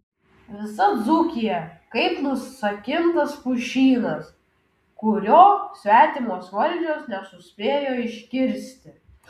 visa dzūkija kaip nusakintas pušynas kurio svetimos valdžios nesuspėjo iškirsti